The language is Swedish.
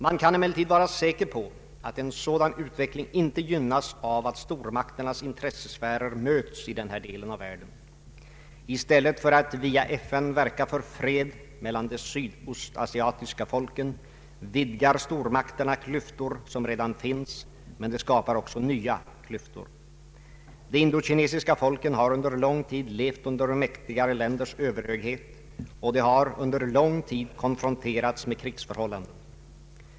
Man kan emellertid vara säker på att en sådan utveckling inte gynnas av att stormakternas intressesfärer möts i den här delen av världen. I stället för alt via FN verka för fred mellan de sydostasiatiska folken vidgar stormakterna klyftor som redan finns, men de skapar också nya klyftor. De indokinesiska folken har under lång tid levt under mäktigare länders överhöghet, och de har under lång tid konfronterats med krigsförhållanden.